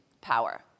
power